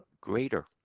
greater